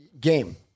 game